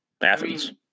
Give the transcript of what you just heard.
Athens